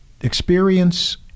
experience